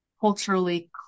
culturally